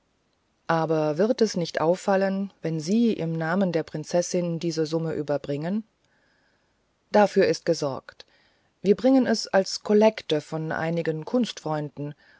aber wird es nicht auffallen wenn sie im namen der prinzessin diese summe überbringen dafür ist gesorgt wir bringen es als kollekt von einigen